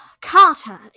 Carter